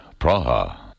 Praha